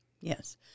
Yes